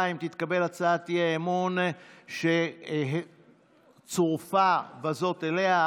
אם תתקבל הצעת האי-אמון שצורפה בזאת אליה.